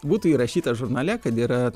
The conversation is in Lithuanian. būtų įrašyta žurnale kad yra